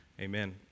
amen